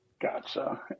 Gotcha